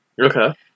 Okay